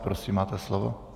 Prosím, máte slovo.